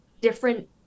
different